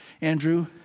Andrew